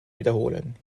wiederholen